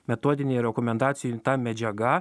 metodinėj rekomendacijoj ta medžiaga